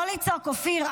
--- לא לצעוק, אופיר.